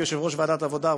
כיושב-ראש ועדת העבודה,